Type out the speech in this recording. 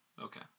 Okay